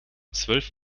zwölf